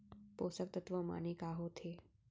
पोसक तत्व माने का होथे?